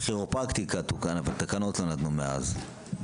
גם כירופרקטיקה תוקן, אבל תקנות לא נתנו מאז.